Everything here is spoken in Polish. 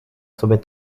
sobie